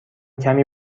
کمی